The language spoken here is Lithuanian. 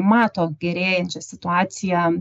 mato gerėjančią situaciją